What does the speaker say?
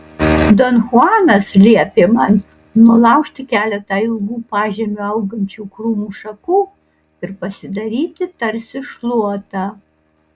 don chuanas liepė man nulaužti keletą ilgų pažemiu augančių krūmų šakų ir pasidaryti tarsi šluotą